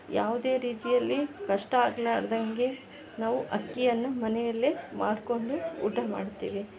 ಯಾವುದೇ ರೀತಿಯಲ್ಲಿ ಕಷ್ಟ ಆಗಲಾರ್ದಂಗೆ ನಾವು ಅಕ್ಕಿಯನ್ನು ಮನೆಯಲ್ಲೇ ಮಾಡ್ಕೊಂಡು ಊಟ ಮಾಡ್ತೀವಿ